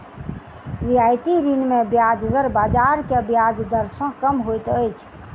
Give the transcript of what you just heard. रियायती ऋण मे ब्याज दर बाजार के ब्याज दर सॅ कम होइत अछि